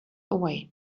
away